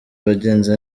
wagenze